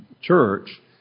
church